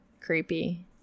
creepy